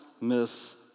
miss